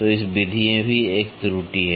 तो इस विधि में भी एक त्रुटि है